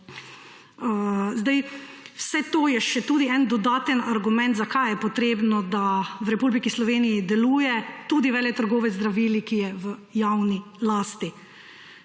Vse to je še en dodaten argument, zakaj je potrebno, da v Republiki Sloveniji deluje tudi veletrgovec z zdravili, ki je v javni lasti.